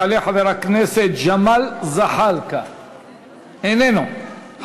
יעלה חבר הכנסת ג'מאל זחאלקה, איננו.